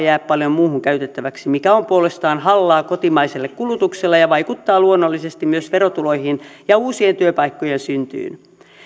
jää paljon muuhun käytettäväksi mikä on puolestaan hallaa kotimaiselle kulutukselle ja vaikuttaa luonnollisesti myös verotuloihin ja uusien työpaikkojen syntyyn